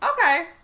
okay